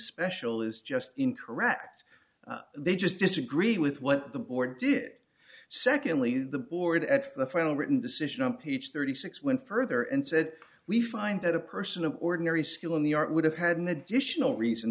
especial is just incorrect they just disagreed with what the board did secondly the board at the final written decision on page thirty six dollars went further and said we find that a person of ordinary skill in the art would have had an additional reason